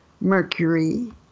Mercury